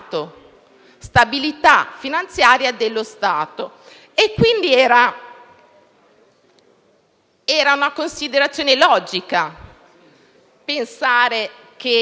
stabilità finanziaria dello Stato. Era, quindi, una considerazione logica pensare che